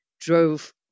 drove